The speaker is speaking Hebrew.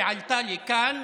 שעלתה לכאן,